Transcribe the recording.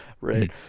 right